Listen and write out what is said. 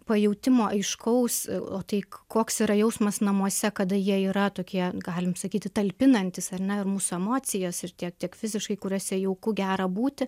pajautimo aiškaus o o tai koks yra jausmas namuose kada jie yra tokie galim sakyti talpinantys ar ne ir mūsų emocijos ir tie tiek fiziškai kuriose jauku gera būti